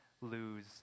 lose